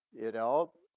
it all,